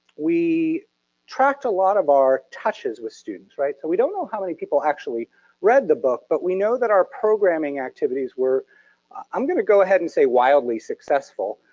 we tracked a lot of our touches with students, right? so we don't know how many people actually read the book, but we know that our programming activities were i'm going to go ahead and say wildly successful.